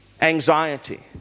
anxiety